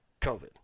covid